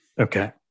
Okay